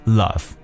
love